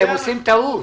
אתם עושים טעות,